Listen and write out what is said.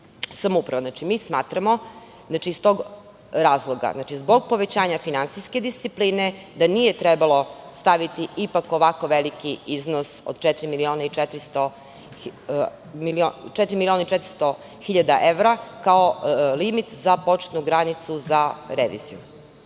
samouprava. Smatramo iz tog razloga, zbog povećanja finansijske discipline, da nije trebalo staviti ovako veliki iznos od četiri miliona i 400 hiljada evra kao limit za početnu granicu za reviziju.